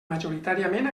majoritàriament